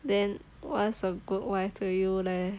then what's a good wife to you leh